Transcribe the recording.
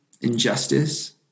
injustice